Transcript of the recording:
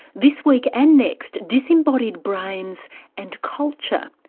this week and next, disembodied brains and culture,